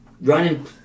running